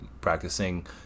practicing